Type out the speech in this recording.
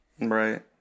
Right